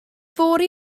fory